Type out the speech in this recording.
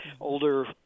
older